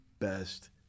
best